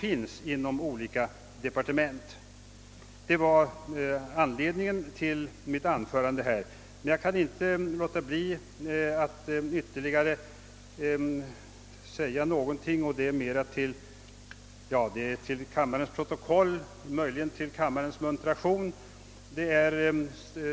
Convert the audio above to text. Vad jag nu sagt var huvudanledningen till mitt anförande. Jag kan dock inte underlåta att göra ett tillägg. Det är mera avsett för kammarens protokoll och möjligen till kammarens muntration.